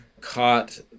caught